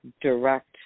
direct